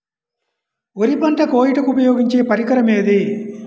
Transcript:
వరి పంట కోయుటకు ఉపయోగించే పరికరం ఏది?